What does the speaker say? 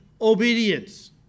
obedience